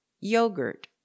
yogurt